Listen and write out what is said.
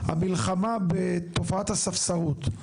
המלחמה בתופעת הספסרות,